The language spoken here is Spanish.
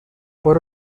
por